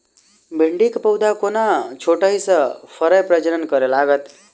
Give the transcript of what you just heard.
भिंडीक पौधा कोना छोटहि सँ फरय प्रजनन करै लागत?